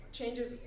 changes